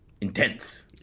intense